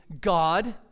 God